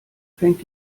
fängt